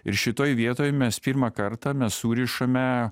ir šitoje vietoj mes pirmą kartą mes surišame